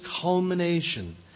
culmination